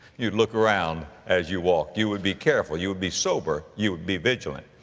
you'd look around as you walked. you would be careful. you would be sober. you would be vigilant.